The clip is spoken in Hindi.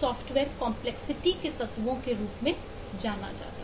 सॉफ्टवेयर जटिलता के तत्वों के रूप में जाना जाता है